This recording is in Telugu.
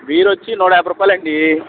బీర్ వచ్చి నూటా యాబై రూపాయలండీ